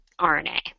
RNA